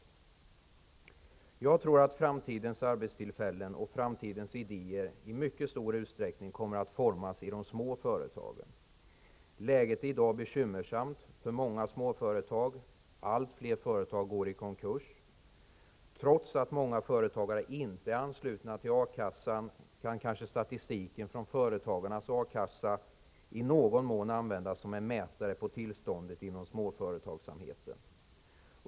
Jag tror att framtidens arbetstillfällen och framtidens idéer i mycket stor utsträckning kommer att formas i de små företagen. Läget är i dag bekymmersamt för många småföretag. Allt fler företag går i konkurs. Trots att många företagare inte är anslutna till A-kassan, kan kanske statistik från Företagarnas A-kassa i någon mån användas som mätare på tillståndet inom småföretagsamheten.